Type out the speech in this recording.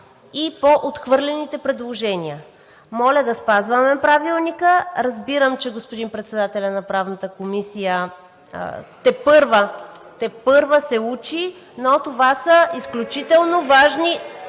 и по отхвърлените предложения. Моля да спазваме Правилника. Разбирам, че господин председателят на Правната комисия тепърва се учи, но това са изключително важни,